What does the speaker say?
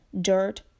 dirt